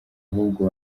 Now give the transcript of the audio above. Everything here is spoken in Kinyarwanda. ahubwo